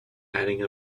adding